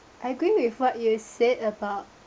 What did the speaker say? I agree with what you said about